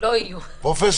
בין אם הוא רכב בודד,